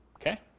Okay